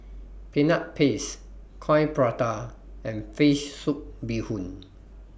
Peanut Paste Coin Prata and Fish Soup Bee Hoon